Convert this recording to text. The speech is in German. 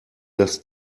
das